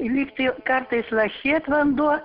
lygtai kartais lašėt vanduo